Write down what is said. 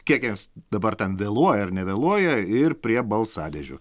kiek jos dabar ten vėluoja ar nevėluoja ir prie balsadėžių